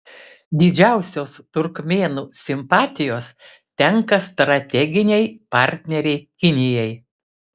didžiausios turkmėnų simpatijos tenka strateginei partnerei kinijai